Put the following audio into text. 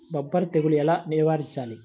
బొబ్బర తెగులు ఎలా నివారించాలి?